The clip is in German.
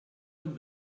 und